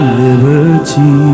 liberty